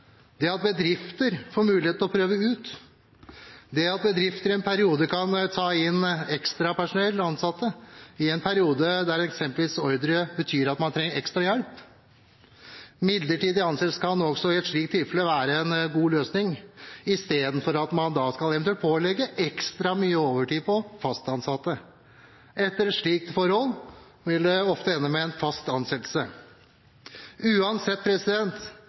det at bedrifter får muligheten til å prøve ut, det at bedrifter kan ta inn ekstrapersonell og -ansatte i en periode da eksempelvis ordre betyr at man trenger ekstra hjelp. Midlertidige ansettelser kan i et slikt tilfelle være en god løsning, istedenfor at man eventuelt skal pålegge fast ansatte ekstra mye overtid. Etter et slikt forhold vil man ofte ende med en fast ansettelse. Uansett